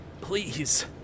please